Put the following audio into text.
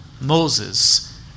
Moses